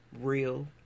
real